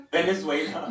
Venezuela